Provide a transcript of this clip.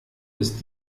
ist